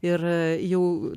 ir jau